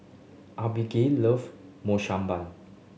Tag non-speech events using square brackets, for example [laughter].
Abigayle love [unintelligible]